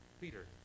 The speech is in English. Peter